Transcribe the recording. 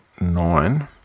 nine